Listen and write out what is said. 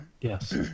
yes